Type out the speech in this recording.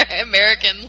American